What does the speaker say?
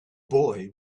boy